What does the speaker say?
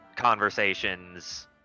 conversations